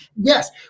yes